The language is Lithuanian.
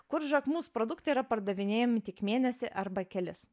kur jacquemus produktai yra pardavinėjami tik mėnesį arba kelis